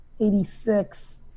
86